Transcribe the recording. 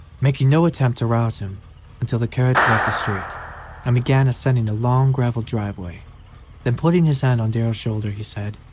making no attempt to rouse him until the carriage left the street and began ascending a long gravelled driveway then putting his hand on darrell's shoulder, he said,